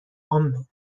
عامه